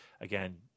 again